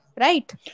Right